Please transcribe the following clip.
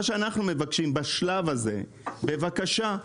מה שאנחנו מבקשים בשלב הזה: בבקשה,